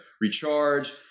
recharge